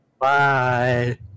Bye